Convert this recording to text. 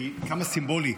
כי כמה סימבולי,